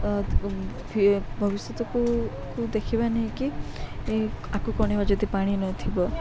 ଭବିଷ୍ୟତକୁ ଦେଖିବା ନାହିଁ କି ଆଗକୁ କଣ ହେବା ଯଦି ପାଣି ନଥିବ